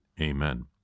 Amen